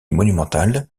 monumentale